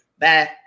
Bye